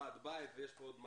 ועד בית ויש כאן עוד הרבה.